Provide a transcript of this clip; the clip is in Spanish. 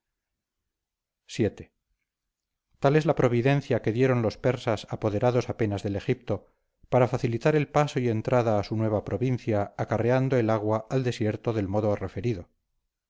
vii tal es la providencia que dieron los persas apoderados apenas del egipto para facilitar el paso y entrada a su nueva provincia acarreando el agua al desierto del modo referido